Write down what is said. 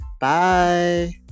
Bye